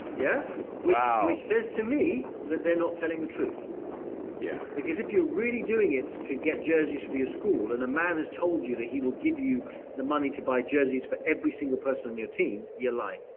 yeah says to me that they're not telling the truth yeah because if you're really doing it to get jerseys for your school and a man has told you that he will give you the money to buy jerseys for every single person on your team, you're lying.